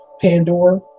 Pandora